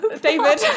David